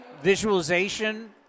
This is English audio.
Visualization